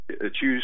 choose